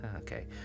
okay